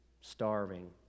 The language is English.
Starving